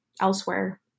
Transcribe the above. elsewhere